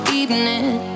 evening